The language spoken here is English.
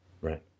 right